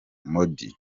modi